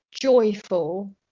joyful